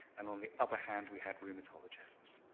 and on the other hand, we had rheumatologists.